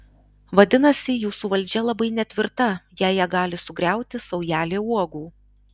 vadinasi jūsų valdžia labai netvirta jei ją gali sugriauti saujelė uogų